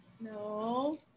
No